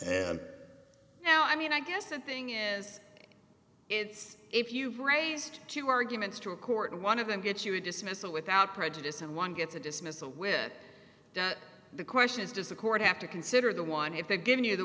s now i mean i guess the thing is it's if you've raised two arguments to a court and one of them gets you a dismissal without prejudice and one gets a dismissal with the question is does the court have to consider the one if they've given you the